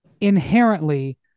inherently